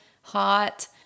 Hot